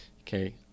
Okay